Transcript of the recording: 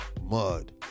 mud